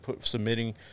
submitting